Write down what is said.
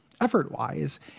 effort-wise